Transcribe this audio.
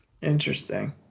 Interesting